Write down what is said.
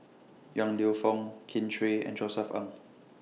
Yong Lew Foong Kin Chui and Josef Ng